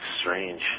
strange